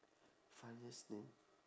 funniest name